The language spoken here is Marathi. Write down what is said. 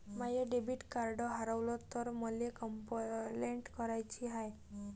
माय डेबिट कार्ड हारवल तर मले कंपलेंट कराची हाय